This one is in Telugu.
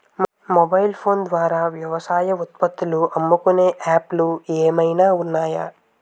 మొబైల్ ఫోన్ ద్వారా వ్యవసాయ ఉత్పత్తులు అమ్ముకునే యాప్ లు ఏమైనా ఉన్నాయా?